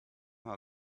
how